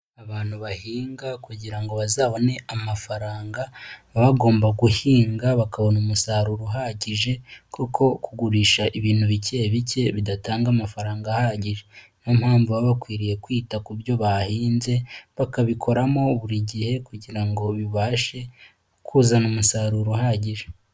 Abantu bahinga kugira ngo bazabone amafaranga, baba bagomba guhinga bakabona umusaruro uhagije, kuko kugurisha ibintu bike bike bidatanga amafaranga ahagije. Niyo mpamvu baba bakwiriye kwita ku byo bahinze, bakabikoramo buri gihe kugira ngo bibashe, kuzana umusaruro uhagije.